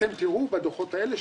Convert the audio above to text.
אתם תראו בדוחות האלה,